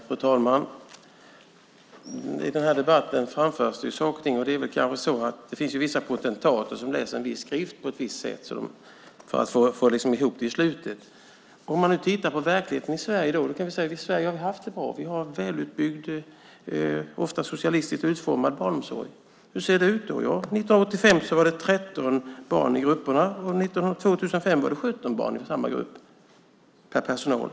Fru talman! I den här debatten framförs det saker och ting. Det finns vissa potentater som läser en viss skrift på ett visst sätt för att få ihop det i slutet. Vi kan säga att i Sverige har vi haft det bra. Vi har en välutbyggd, ofta socialistiskt utformad, barnomsorg. Hur ser det ut? 1985 var det 13 barn i grupperna, 2005 var det 17 barn i samma grupp per personal.